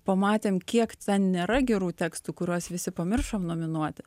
pamatėm kiek nėra gerų tekstų kuriuos visi pamiršom nominuoti